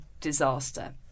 disaster